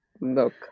look